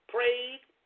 Prayed